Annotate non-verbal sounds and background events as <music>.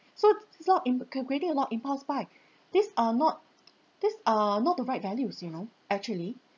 so it's a lot of creating a lot of impulse buy <breath> these are not these are not the right values you know actually